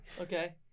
Okay